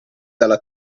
dalla